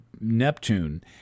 Neptune